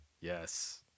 Yes